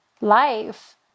life